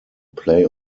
play